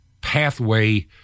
pathway